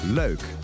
leuk